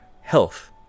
health